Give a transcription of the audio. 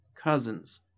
Cousins